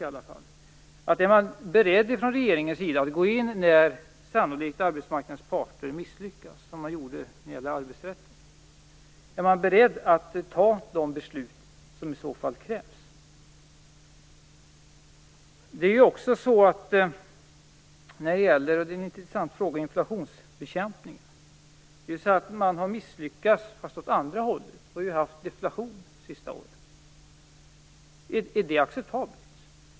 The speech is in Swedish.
Jag frågar mig om regeringen är beredd att gå in, som man gjorde när det gällde arbetsrätten, när arbetsmarknadens parter sannolikt misslyckas. Är man beredd att ta de beslut som i så fall krävs? En intressant fråga är inflationsbekämpningen. Man har misslyckats, men åt andra hållet. Vi har haft deflation det senaste året. Är det acceptabelt?